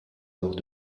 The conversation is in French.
lors